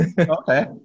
Okay